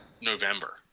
November